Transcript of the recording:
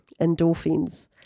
endorphins